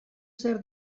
zer